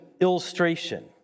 illustration